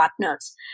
partners